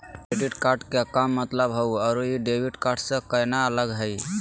Credit card के का मतलब हई अरू ई डेबिट कार्ड स केना अलग हई?